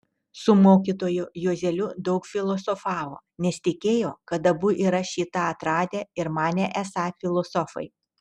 su mokytoju juozeliu daug filosofavo nes tikėjo kad abu yra šį tą atradę ir manė esą filosofai